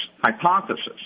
hypothesis